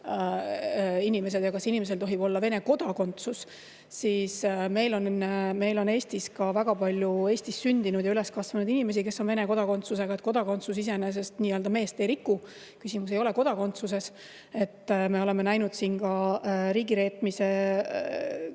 keeles ja kas [õppejõul] tohib olla Vene kodakondsus, siis meil on Eestis ka väga palju Eestis sündinud ja üles kasvanud inimesi, kes on Vene kodakondsusega. Kodakondsus iseenesest nii-öelda meest ei riku, küsimus ei ole kodakondsuses. Me oleme näinud ka riigireetmise